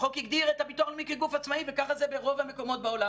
החוק הגדיר את הביטוח הלאומי כגוף עצמאי וככה זה ברוב המקומות בעולם,